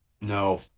no